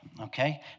Okay